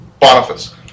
Boniface